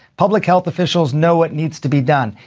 public health officials know what needs to be done.